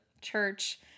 church